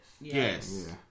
Yes